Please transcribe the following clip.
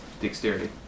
Dexterity